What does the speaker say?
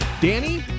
Danny